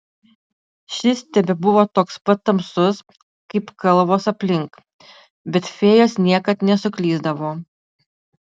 šis tebebuvo toks pat tamsus kaip kalvos aplink bet fėjos niekad nesuklysdavo